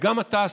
וגם אתה,